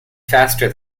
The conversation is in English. faster